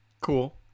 Cool